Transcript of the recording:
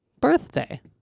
Birthday